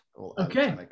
Okay